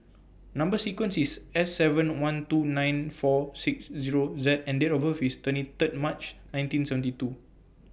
Number sequence IS S seven one two nine four six Zero Z and Date of birth IS twenty Third March nineteen seventy two